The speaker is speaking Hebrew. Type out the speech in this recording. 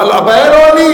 אבל הבעיה היא לא אני.